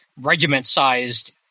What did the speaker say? regiment-sized